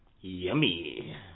Yummy